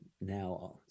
now